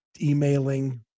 emailing